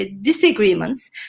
disagreements